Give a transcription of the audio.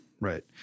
right